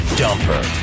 dumper